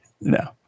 No